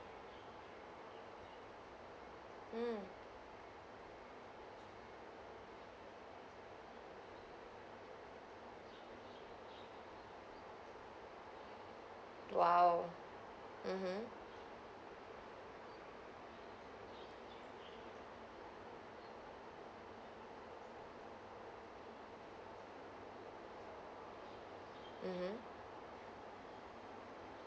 mm !wow! mmhmm mmhmm